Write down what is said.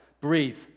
breathe